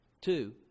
two